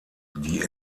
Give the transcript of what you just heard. die